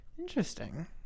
Interesting